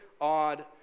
odd